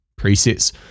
presets